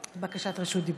בקשת רשות דיבור.